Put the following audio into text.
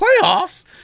playoffs